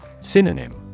Synonym